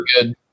good